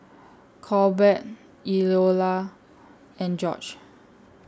Corbett Eola and George